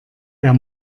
der